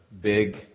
big